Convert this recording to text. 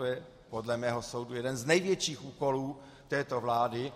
To je podle mého soudu jeden z největších úkolů této vlády.